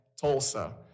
Tulsa